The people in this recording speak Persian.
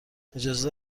اجازه